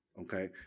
okay